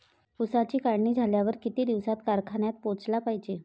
ऊसाची काढणी झाल्यावर किती दिवसात कारखान्यात पोहोचला पायजे?